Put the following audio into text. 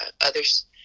others